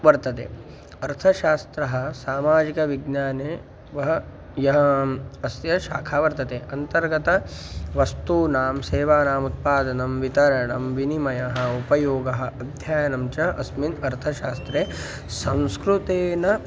वर्तते अर्थशास्त्रः सामाजिकविज्ञाने वः यः अस्य शाखा वर्तते अन्तर्गत वस्तूनां सेवानाम् उत्पादनं वितरणं विनिमयः उपयोगः अध्ययनं च अस्मिन् अर्थशास्त्रे संस्कृतेन